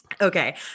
Okay